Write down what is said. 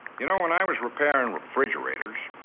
you know, when i was repairing refrigerators,